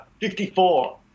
54